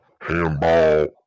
handball